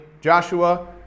Joshua